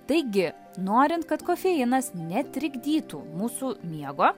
taigi norint kad kofeinas netrikdytų mūsų miego